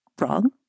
wrong